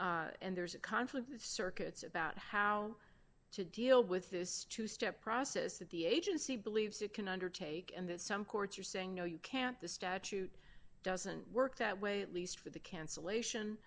career and there's a conflict circuits about how to deal with this two step process that the agency believes it can undertake and that some courts are saying no you can't the statute doesn't work that way at least for the cancellation